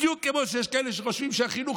בדיוק כמו שיש כאלה שחושבים שהחינוך